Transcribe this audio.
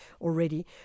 already